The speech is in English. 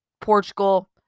Portugal